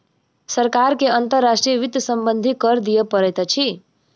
सरकार के अंतर्राष्ट्रीय वित्त सम्बन्धी कर दिअ पड़ैत अछि